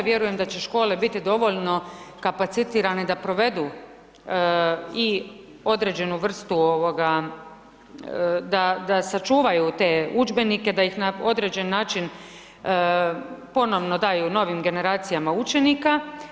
Vjerujem da će škole biti dovoljno kapacitirane da provedu i određenu vrstu da sačuvaju te udžbenike da ih na određeni način ponovno daju novim generacijama učenika.